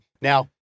Now